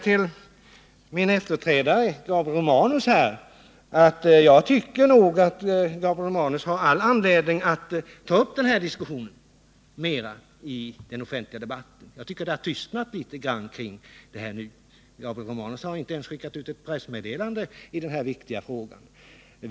Till min efterträdare, Gabriel Romanus, vill jag säga att jag tycker att Gabriel Romanus har all anledning att ta upp den här frågan mer i den offentliga debatten. Jag tycker att det har tystnat litet kring den nu. Gabriel Romanus har inte ens skickat ut ett pressmeddelande i denna viktiga fråga.